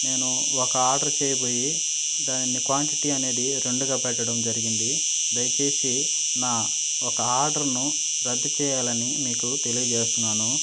నేను ఒక ఆర్డర్ చేయబోయి దానిని క్వాంటిటీ అనేది రెండుగా పెట్టడం జరిగింది దయచేసి నా ఒక ఆర్డర్ను రద్దు చేయాలని మీకు తెలియజేస్తున్నాను